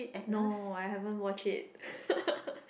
no I haven't watch it